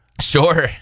sure